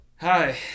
Hi